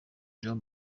jean